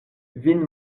vin